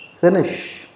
Finish